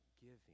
giving